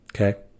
Okay